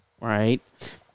right